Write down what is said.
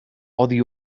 oddi